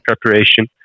preparation